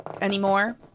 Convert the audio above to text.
anymore